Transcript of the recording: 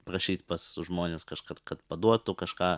prašyti pas žmones kaž kad kad kad paduotų kažką